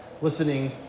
listening